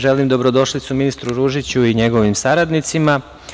Želim dobrodošlicu ministru Ružiću i njegovim saradnicima.